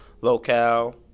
locale